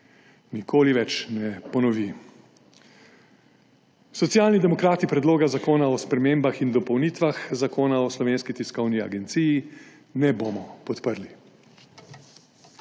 nikoli več ne ponovi. Socialni demokrati Predloga zakona o spremembah in dopolnitvah Zakona o Slovenski tiskovni agenciji ne bomo podprli.